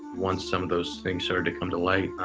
once some of those things started to come to light,